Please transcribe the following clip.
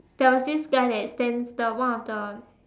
there was this guy that stands the one of the